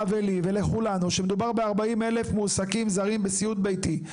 ולי ולכולנו שמדובר ב-40,000 מועסקים זרים בסיעוד ביתי.